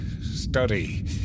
study